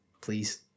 please